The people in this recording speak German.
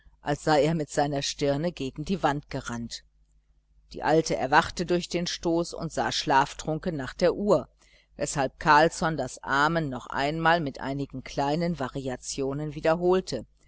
als sei er mit seiner stirne gegen die wand gerannt die alte erwachte durch den stoß und sah schlaftrunken nach der uhr weshalb carlsson das amen noch einmal mit einigen kleinen variationen wiederholte